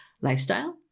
lifestyle